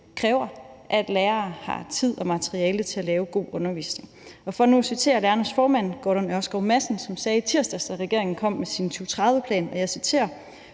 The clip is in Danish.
kræver, at læreren har tid og materiale til at lave god undervisning. Nu vil jeg citere lærernes formand, Gordon Ørskov Madsen, som sagde i tirsdags, da regeringen kom med sin 2030-plan: »Folkeskolens